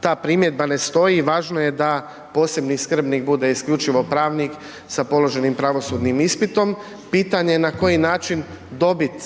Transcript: ta primjedba ne stoji. Važno je da posebni skrbnik bude isključivo pravnik sa položenim pravosudnim ispitom. Pitanje je na koji način dobiti